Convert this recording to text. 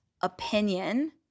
opinion